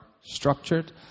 structured